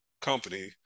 company